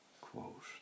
quote